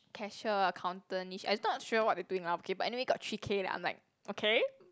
cashier accountant-ish I not sure what they doing lah but anyway got three K then I'm like okay